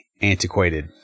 antiquated